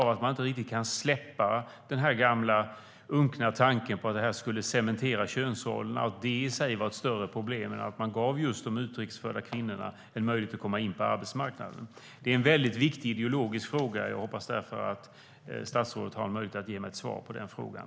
Kan man inte riktigt släppa den gamla, unkna tanken att detta skulle cementera könsrollerna och att det i sig är ett större problem än att man just ger de utrikes födda kvinnorna en möjlighet att komma in på arbetsmarknaden? Det är en väldigt viktig ideologisk fråga, och jag hoppas att statsrådet har möjlighet att ge mig ett svar på den frågan.